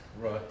Right